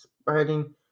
spreading